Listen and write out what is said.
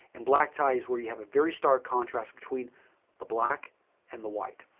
and black tie is where you have a very stark contrast between the black and the white.